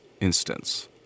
instance